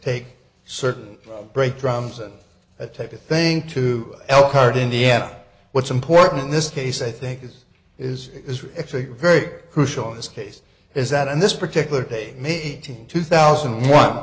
take certain brake drums and that type of thing to elkhart indiana what's important in this case i think is is is actually very crucial in this case is that in this particular day meeting two thousand